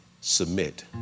submit